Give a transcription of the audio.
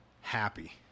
happy